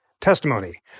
testimony